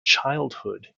childhood